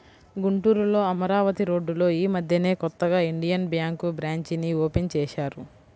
గుంటూరులో అమరావతి రోడ్డులో యీ మద్దెనే కొత్తగా ఇండియన్ బ్యేంకు బ్రాంచీని ఓపెన్ చేశారు